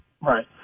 right